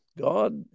God